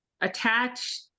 attach